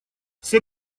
все